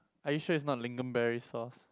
are you sure it's not lingonberry sauce